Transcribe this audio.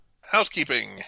Housekeeping